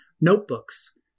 notebooks